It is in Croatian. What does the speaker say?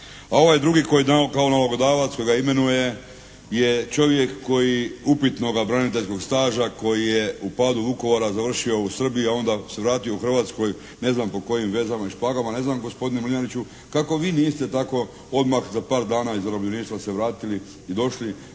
A ovaj drugi koji je kao nalogodavac, koga imenuje je čovjek koji upitnoga braniteljskog staža, koji je u padu Vukovara završio u Srbiji, a onda se vratio u Hrvatskoj, ne znam po kojim vezama u špagama. Ne znam gospodine Mlinariću kako vi niste tako odmah za par dana iz zarobljeništva se vratili i došli.